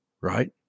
right